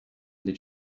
did